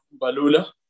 Balula